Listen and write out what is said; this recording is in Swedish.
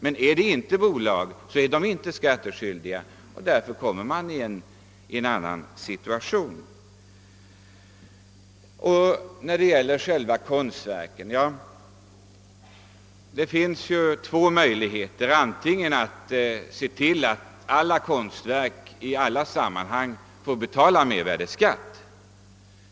Men om de inte är bolag föreligger inte skattskyldighet, och därför blir alltså deras situation gynnsammare än de enskildas. Vad beträffar konstverken skulle man ju kunna åstadkomma rättvisa genom att det för konstverk i alla sammanhang skall erläggas mervärdeskatt.